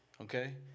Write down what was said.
okay